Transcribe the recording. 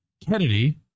Kennedy